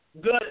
good